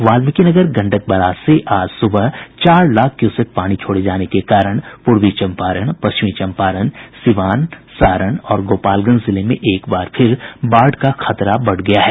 Valmiki Nagar Gandak barrage से आज सुबह चार लाख क्यूसेक पानी छोड़े जाने के कारण पूर्वी चम्पारण पश्चिमी चम्पारण सीवान सारण और गोपालगंज जिले में एक बार फिर बाढ़ का खतरा बढ़ गया है